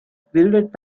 bildet